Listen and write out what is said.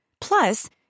Plus